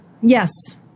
Yes